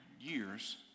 years